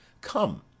Come